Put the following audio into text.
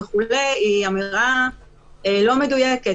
בית הדין השרעי לא צריך להגיע,